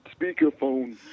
speakerphone